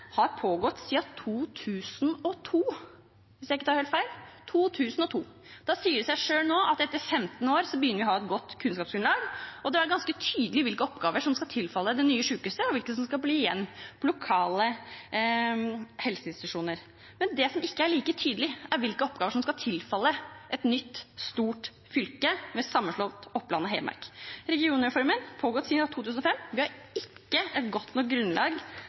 har pågått siden 2002, hvis jeg ikke tar helt feil. Da sier det seg selv at etter 15 år begynner vi å få et godt kunnskapsgrunnlag, og det er ganske tydelig hvilke oppgaver som skal tilfalle det nye sjukehuset, og hvilke som skal bli igjen på lokale helseinstitusjoner. Det som ikke er like tydelig, er hvilke oppgaver som skal tilfalle et nytt, stort fylke med sammenslått Oppland og Hedmark. Regionreformen har pågått siden 2005. Vi har ikke et godt nok grunnlag